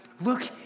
Look